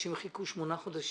אנשים חיכו שמונה חודשים.